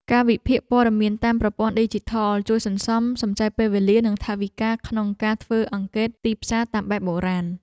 ការវិភាគព័ត៌មានតាមប្រព័ន្ធឌីជីថលជួយសន្សំសំចៃពេលវេលា និងថវិកាក្នុងការធ្វើអង្កេតទីផ្សារតាមបែបបុរាណ។